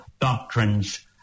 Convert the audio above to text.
doctrines